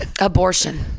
Abortion